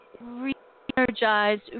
re-energized